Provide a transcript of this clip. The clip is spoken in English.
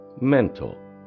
mental